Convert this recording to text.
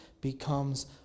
becomes